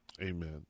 Amen